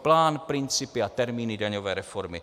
Plán, principy a termíny daňové reformy.